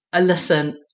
Listen